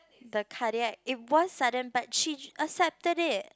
the cardiac it was sudden but she accepted it